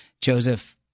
Joseph